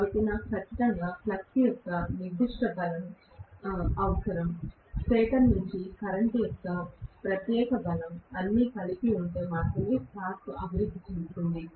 కాబట్టి నాకు ఖచ్చితంగా ఫ్లక్స్ యొక్క నిర్దిష్ట బలం అవసరం స్టేటర్ వైపు నుండి కరెంట్ యొక్క ప్రత్యేక బలం అన్నీ కలిపి ఉంటే మాత్రమే టార్క్ అభివృద్ధి చెందుతుంది